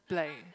black